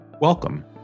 Welcome